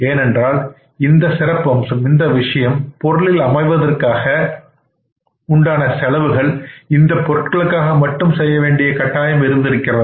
ஏனென்றால் இந்த விஷயம் சிறப்பம்சம் பொருளில் அமைவதற்கான செலவுகளை இந்த பொருளுக்காக மட்டும் செய்ய வேண்டிய கட்டாயம் இருந்திருக்கிறது